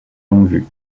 longue